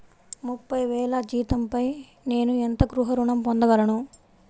ముప్పై వేల జీతంపై నేను ఎంత గృహ ఋణం పొందగలను?